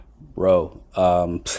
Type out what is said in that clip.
bro